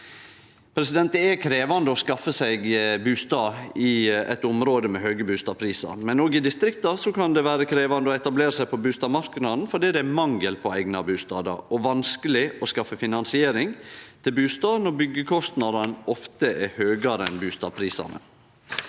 Det er krevjande å skaffe seg ein bustad i område med høge bustadprisar, men òg i distrikta kan det vere krevjande å etablere seg på bustadmarknaden fordi det er mangel på eigna bustader og vanskeleg å skaffe finansiering til bustad når byggjekostnadene ofte er høgare enn bustadprisane.